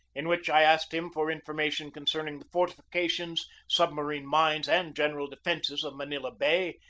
in which i asked him for information concerning the fortifications, submarine mines, and general defences of manila bay,